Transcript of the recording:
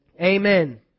Amen